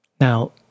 Now